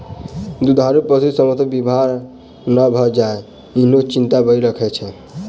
दूधारू पशु सभ बीमार नै भ जाय, ईहो चिंता बनल रहैत छै